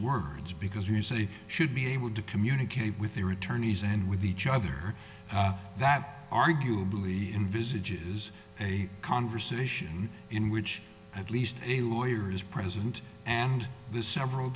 words because you say should able to communicate with their attorneys and with each other that arguably envisages a conversation in which at least a lawyer is present and the several